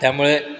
त्यामुळे